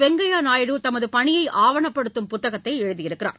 வெங்கையா நாயுடு தமது பணியை ஆவணப்படுத்தும் புத்தகத்தை எழுதியுள்ளார்